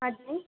हाँ जी